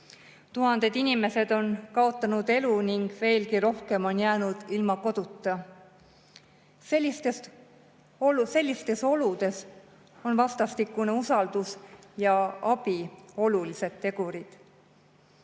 Tuhanded inimesed on kaotanud elu ning veelgi rohkem on jäänud ilma koduta. Sellistes oludes on vastastikune usaldus ja abi olulised tegurid. Meie